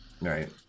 Right